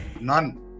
None